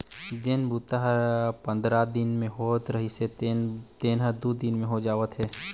जेन बूता ह पंदरा दिन म होवत रिहिस हे तेन ह दू दिन म हो जावत हे